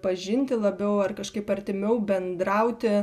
pažinti labiau ar kažkaip artimiau bendrauti